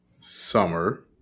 summer